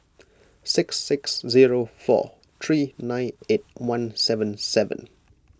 six six zero four three nine eight one seven seven